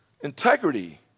integrity